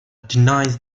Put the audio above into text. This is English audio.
denies